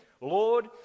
Lord